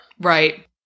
Right